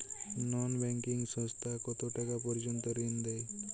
নন banking সংস্থা কতটাকা পর্যন্ত ঋণ দেয়?